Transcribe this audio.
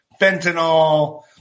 fentanyl